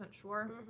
sure